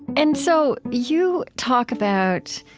and so you talk about,